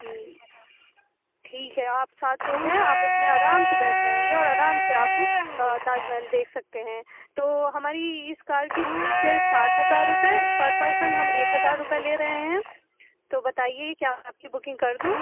جی ٹھیک ہے آپ سات لوگ ہیں آپ اُس میں آرام سے بیٹھ جائیں گے اور آرام سے آپ تاج محل دیکھ سکتے ہیں تو ہماری اِس کار کی پرائیز ہے سات ہزار روپے پر پرسن ہم ایک ہزار روپے لے رہے ہیں تو بتائیے کیا آپ کی بکنگ کر دوں